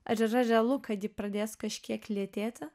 ar yra realu kad ji pradės kažkiek lėtėti